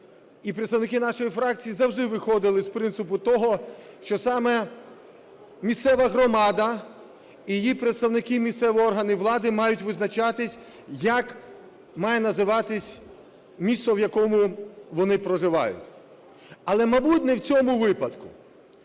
і представники нашої фракції завжди виходили з принципу того, що саме місцева громада і її представники - місцеві органи влади мають визначати, як має називатись місто, в якому вони проживають. Але, мабуть, не в цьому випадку.